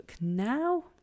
now